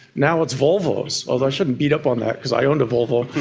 now it's volvos, although i shouldn't beat up on that because i owned a volvo.